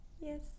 Yes